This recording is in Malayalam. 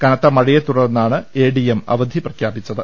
കനത്ത് മഴയെ തുടർന്നാണ് എ ഡി എം അവധി പ്രഖ്യാപിച്ചത്